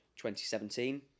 2017